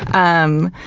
um,